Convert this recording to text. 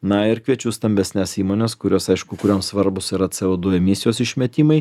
na ir kviečiu stambesnes įmones kurios aišku kurioms svarbūs yra co du emisijos išmetimai